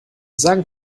sagen